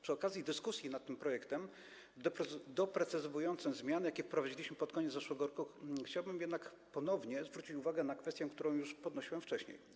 Przy okazji dyskusji nad tym projektem doprecyzowującym zmiany, jakie wprowadziliśmy pod koniec zeszłego roku, chciałbym jednak ponownie zwrócić uwagę na kwestię, którą już podnosiłem wcześniej.